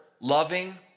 loving